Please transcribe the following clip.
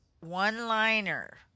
One-liner